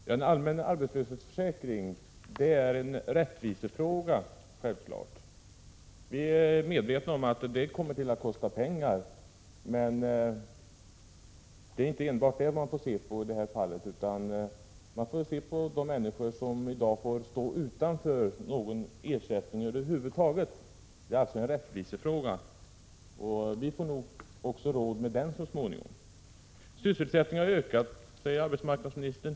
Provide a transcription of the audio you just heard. Herr talman! En allmän arbetslöshetsförsäkring är självfallet en rättvisefråga. Vi är medvetna om att en sådan kommer att kosta pengar, men man får inte enbart se på pengar i det fallet, utan man får ta hänsyn till situationen för de människor som i dag står utanför någon ersättning över huvud taget. Detta är alltså, som jag nyss sade, en rättvisefråga, och vi får nog råd med den också så småningom. Sysselsättningen har ökat, säger arbetsmarknadsministern.